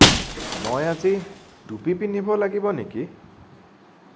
মই আজি টুপী পিন্ধিব লাগিব নেকি